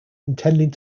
intending